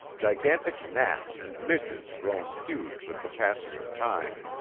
gigantic gnats and midges grown huge with the passing of time,